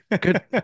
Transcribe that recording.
Good